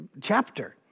chapter